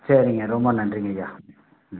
சரிங்க ரொம்ப நன்றிங்கய்யா ம்